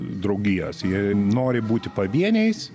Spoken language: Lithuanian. draugijas jie nori būti pavieniais